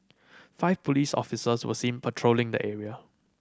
five police officers were seen patrolling the area